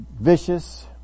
Vicious